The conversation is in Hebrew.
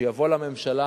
שיבוא לממשלה,